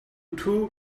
two